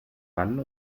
mann